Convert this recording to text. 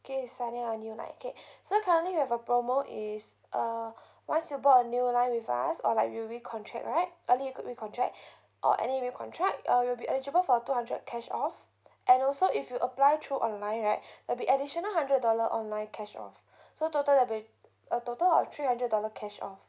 K signing on new line K so currently you have a promo is uh once you bought a new line with us or like you recontract right early re~ recontract or any recontract uh you'll be eligible for two hundred cash off and also if you apply through online right there'll be additional hundred dollar online cash off so the total that'll be a total of three hundred dollar cash off